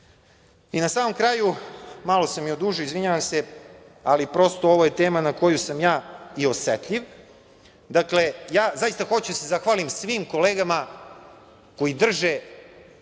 samom kraju, malo sam i odužio, izvinjavam se, ali prosto, ovo je tema na koju sam ja i osetljiv, dakle, ja zaista hoću da se zahvalim svim kolegama koji drže